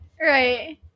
right